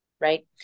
right